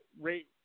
rate